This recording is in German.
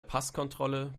passkontrolle